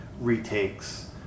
retakes